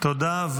תודה.